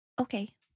Okay